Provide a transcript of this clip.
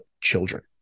children